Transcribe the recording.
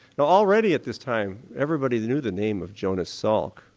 now already at this time everybody knew the name of jonas salk,